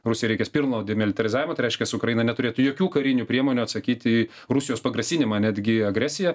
rusijai reikės pilno demilitarizavimo tai reiškias ukraina neturėtų jokių karinių priemonių atsakyt į rusijos pagrasinimą netgi agresiją